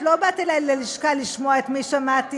למה לא ללמוד לפני?